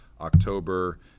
October